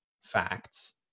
facts